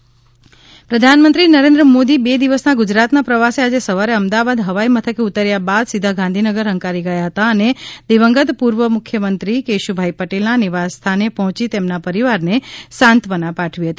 પ્રધાનમંત્રી આગમન અને શોકાંજલી પ્રધાનમંત્રી નરેન્દ્ર મોદી બે દિવસના ગુજરાત પ્રવાસે આજે સવારે અમદાવાદ હવાઈ મથકે ઉતાર્યા બાદ સીધા ગાંધીનગર હંકારી ગયા હતા અને દિવંગત પૂર્વ મુખ્યમંત્રી કેશુભાઈ પટેલના નિવાસ સ્થાને પહોચી તેમના પરિવારને સાંત્વના પાઠવી હતી